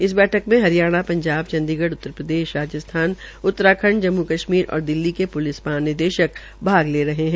इस बैठक में हरियाणा पंजाब चंडीगढ उत्तरप्रदेश राजस्थान उत्तराखंड जम्मू कश्मीर और दिल्ली के प्लिस महानिदेशक भाग ले रहे है